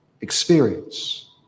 experience